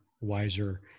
wiser